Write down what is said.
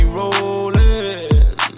rollin